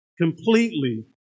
completely